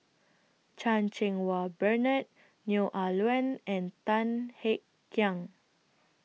Chan Cheng Wah Bernard Neo Ah Luan and Tan Kek Hiang